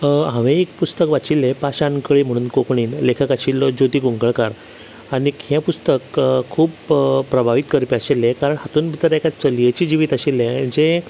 हांवें एक पुस्तक वाचिल्लें पाशाणकळी म्हणून कोंकणीन लेखक आशिल्ली ज्योती कुंकळकार आनीक हें पुस्तक खूब प्रभावीत करपी आशिल्लें कारण हातून एका चलयेचें जिवीत आशिल्लें जें